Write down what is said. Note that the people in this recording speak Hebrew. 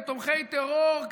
לתומכי טרור,